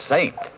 Saint